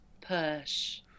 push